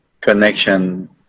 connection